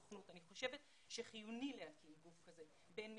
חושבת שחיוני להקים גוף כזה, גוף בין-משרדי,